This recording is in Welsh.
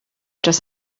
dros